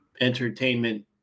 entertainment